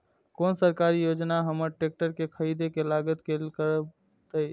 कोन सरकारी योजना हमर ट्रेकटर के खरीदय के लागत के कवर करतय?